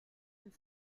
and